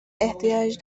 احتیاج